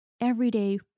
everyday